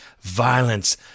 violence